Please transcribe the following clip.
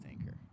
anchor